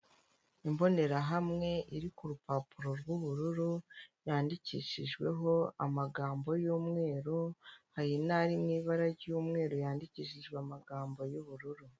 Imbonerahamwe iri ku rupapuro rw'ubururu yandikishijweho amagambo y'umweru hari n'ari mu ibara ry'umweru yandikishijwe amagambo y'ubururu.